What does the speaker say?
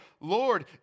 Lord